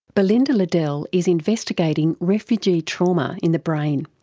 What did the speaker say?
belinda liddell is investigating refugee trauma in the brain.